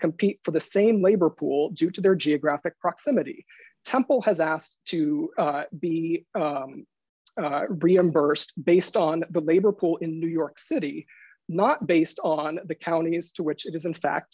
compete for the same labor pool due to their geographic proximity temple has asked to be reimbursed based on the labor pool in new york city not based on the counties to which it is in fact